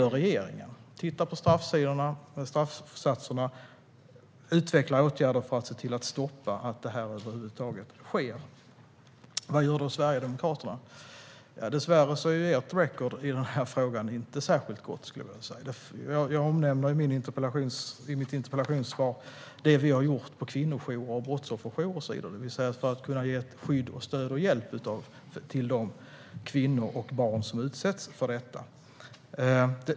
Regeringen tittar på straffsatserna och utvecklar åtgärder för att stoppa att dessa tvångsäktenskap över huvud taget ingås. Vad gör då Sverigedemokraterna? Dessvärre är ert record i frågan inte särskilt gott. Jag nämnde i mitt interpellationssvar det regeringen har gjort för kvinnojourer och brottsofferjourer, det vill säga för att ge skydd, stöd och hjälp till de kvinnor och barn som utsätts för tvångsäktenskap.